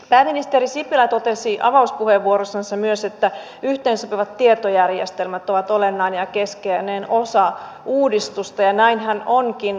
pääministeri sipilä totesi avauspuheenvuorossaan myös että yhteensopivat tietojärjestelmät ovat olennainen ja keskeinen osa uudistusta ja näinhän onkin